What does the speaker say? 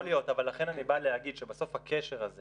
יכול להיות, אבל לכן אני בא להגיד שבסוף הקשר הזה